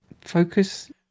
focus